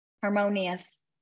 harmonious